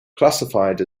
classified